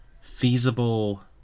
feasible